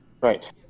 Right